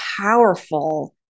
powerful